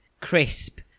crisp